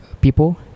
people